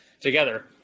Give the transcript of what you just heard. together